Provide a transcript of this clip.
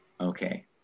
Okay